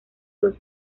los